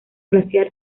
glaciar